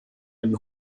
einen